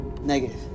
Negative